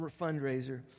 fundraiser